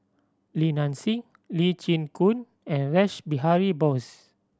Li Nanxing Lee Chin Koon and Rash Behari Bose